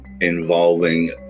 involving